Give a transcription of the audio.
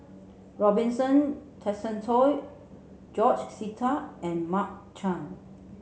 Robinson Tessensohn George Sita and Mark Chan